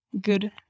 good